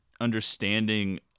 understanding